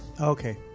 Okay